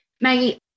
Maggie